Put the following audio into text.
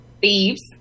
thieves